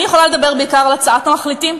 אני יכולה לדבר בעיקר על הצעת המחליטים,